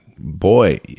boy